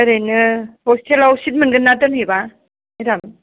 ओरैनो हसटेलाव सिद मोनगोन ना दोनहैबा मेदाम